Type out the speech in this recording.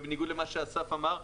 בניגוד למה שאמר אסף,